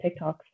TikToks